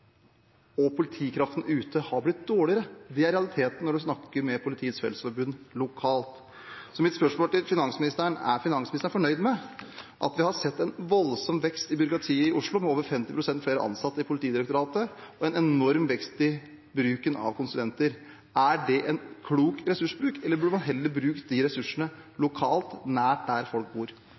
og politikraften ute har blitt dårligere. Det er realiteten når man snakker med Politiets Fellesforbund lokalt. Så mitt spørsmål til finansministeren er: Er finansministeren fornøyd med at vi har sett en voldsom vekst i byråkratiet i Oslo, med over 50 pst. flere ansatte i Politidirektoratet, og en enorm vekst i bruken av konsulenter? Er det en klok ressursbruk, eller burde man heller brukt de ressursene lokalt, nært der folk bor?